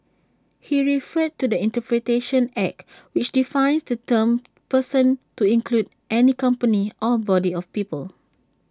he referred to the interpretation act which defines the term person to include any company or body of people